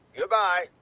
Goodbye